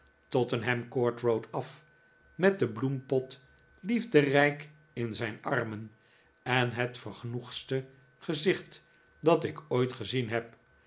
tottenham court road af met den bloempot liefderijk in zijn armen en het vergenoegdste gezicht dat ik ooit gezien heb